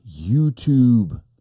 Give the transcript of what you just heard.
YouTube